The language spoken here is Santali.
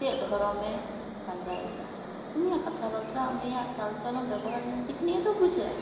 ᱪᱮᱫ ᱫᱷᱚᱨᱚᱢᱮ ᱯᱟᱸᱡᱟᱭᱮᱫᱟ ᱩᱱᱤᱭᱟᱜ ᱠᱟᱛᱷᱟᱼᱵᱟᱛᱨᱟ ᱩᱱᱤᱭᱟᱜ ᱪᱟᱞ ᱪᱚᱞᱚᱱ ᱵᱮᱵᱚᱦᱟᱨ ᱧᱮᱞᱛᱮᱜᱮ ᱱᱤᱭᱟᱹᱫᱚ ᱵᱩᱡᱷᱟᱹᱜᱼᱟ